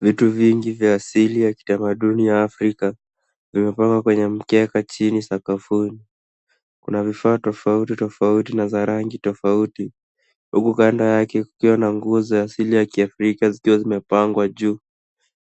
Vitu vingi vya asili ya kitamaduni ya afrika vimepangwa kwenye mkeka chini sakafuni. Kuna vifaa tofauti tofauti na za rangi tofauti huku kando yake kukiwa na nguo za asili ya kiafrika zikiwa zimepangwa juu